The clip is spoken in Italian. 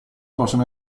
possono